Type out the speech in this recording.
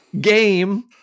game